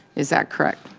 is that correct?